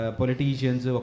politicians